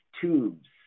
tubes